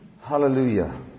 Hallelujah